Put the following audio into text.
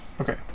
okay